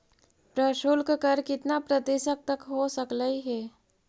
प्रशुल्क कर कितना प्रतिशत तक हो सकलई हे?